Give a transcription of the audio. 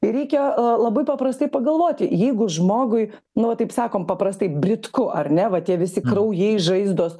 reikia labai paprastai pagalvoti jeigu žmogui nu va taip sakom paprastai britku ar ne va tie visi kraujai žaizdos